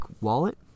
wallet